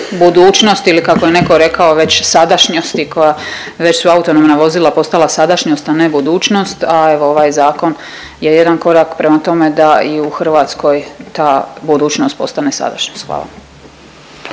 budućnost ili kako je neko rekao već sadašnjosti koja su već autonomna vozila postala sadašnjost, a ne budućnost. A evo ovaj zakon je jedan korak prema tome da i u Hrvatskoj ta budućnost postane sadašnjost. Hvala.